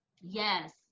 Yes